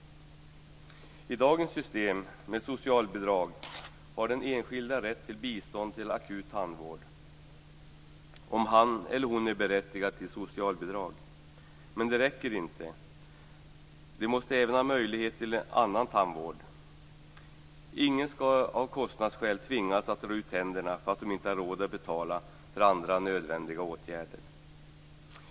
I dagens system med socialbidrag har den enskilde rätt till bistånd till akut tandvård om han eller hon är berättigad till socialbidrag. Men det räcker inte. Man måste även ha rätt till annan tandvård. Ingen skall av kostnadsskäl tvingas att dra ut tänderna för att man inte har råd att betala för andra nödvändiga åtgärder.